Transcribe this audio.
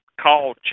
call